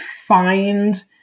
find